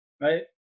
Right